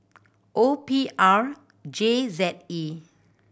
O P R J Z E